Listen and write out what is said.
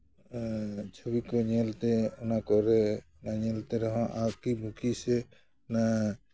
ᱪᱷᱚᱵᱤ ᱠᱚ ᱧᱮᱞᱛᱮ ᱚᱱᱟ ᱠᱚᱨᱮ ᱧᱮᱞᱛᱮ ᱨᱮᱦᱚᱸ ᱟᱨᱠᱤ ᱵᱩᱠᱤ ᱥᱮ ᱚᱱᱟ